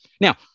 now